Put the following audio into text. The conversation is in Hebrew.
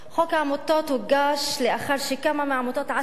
חוק העמותות הוגש לאחר שכמה מהעמותות עשו